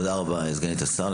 תודה רבה, סגנית השר.